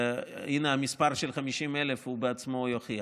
הינה, המספר של 50,000 בעצמו יוכיח.